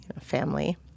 family